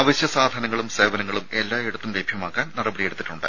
അവശ്യ സാധനങ്ങളും സേവനങ്ങളും എല്ലായിടത്തും ലഭ്യമാക്കാൻ നടപടിയെടുത്തിട്ടുണ്ട്